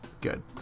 Good